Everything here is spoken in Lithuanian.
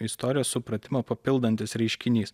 istorijos supratimą papildantis reiškinys